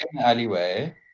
alleyway